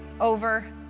over